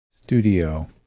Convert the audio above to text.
studio